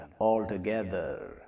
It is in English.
altogether